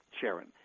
Sharon